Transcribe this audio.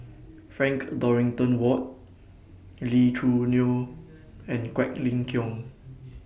Frank Dorrington Ward Lee Choo Neo and Quek Ling Kiong